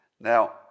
Now